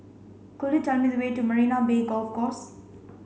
could you tell me the way to Marina Bay Golf Course